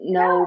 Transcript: no